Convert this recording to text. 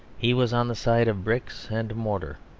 he was on the side of bricks and mortar.